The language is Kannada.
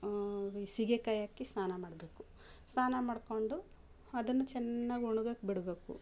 ಈ ಸೀಗೆಕಾಯಿ ಹಾಕಿ ಸ್ನಾನ ಮಾಡಬೇಕು ಸ್ನಾನ ಮಾಡಿಕೊಂಡು ಅದನ್ನು ಚೆನ್ನಾಗಿ ಒಣಗಕೆಬಿಡ್ಬೇಕು